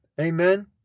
Amen